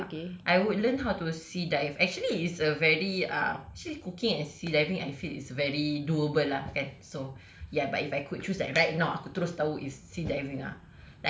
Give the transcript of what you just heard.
but ya I would learn how to sea dive actually it's a very ah actually cooking and sea diving I feel is very doable lah can so ya but if I could choose it right now aku terus tahu it's sea diving ah